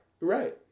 right